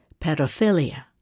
pedophilia